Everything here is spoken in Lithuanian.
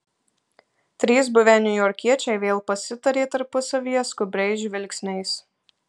trys buvę niujorkiečiai vėl pasitarė tarpusavyje skubriais žvilgsniais